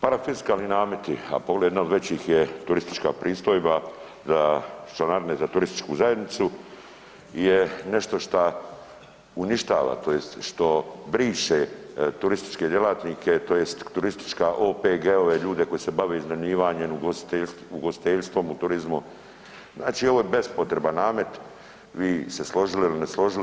Parafiskalni nameti, a … jedna od većih je turistička pristojba za članarine za turističku zajednicu je nešto što uništava, tj. što briše turističke djelatnike, tj. turistička OPG-ove ljude koji se bave iznajmljivanjem, ugostiteljstvom u turizmu, znači ovo je bespotreban namet vi se složili ili ne složili.